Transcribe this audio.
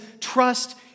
trust